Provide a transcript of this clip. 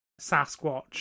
Sasquatch